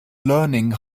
learning